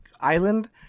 island